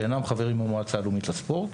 שאינם חברים במועצה הלאומית לספורט.